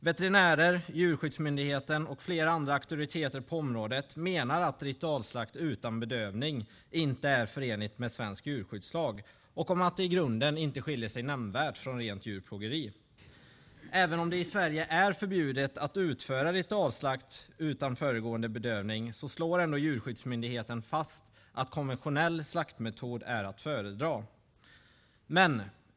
Veterinärer, Djurskyddsmyndigheten och flera andra auktoriteter på området menar att ritualslakt utan bedövning inte är förenligt med svensk djurskyddslag och att det i grunden inte skiljer sig nämnvärt från rent djurplågeri. Även om det i Sverige är förbjudet att utföra ritualslakt utan föregående bedövning slår Djurskyddsmyndigheten fast att konventionell slaktmetod är att föredra.